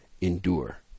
endure